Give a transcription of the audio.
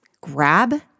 grab